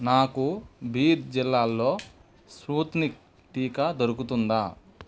నాకు బీద్ జిల్లాల్లో స్పూత్నిక్ టీకా దొరుకుతుందా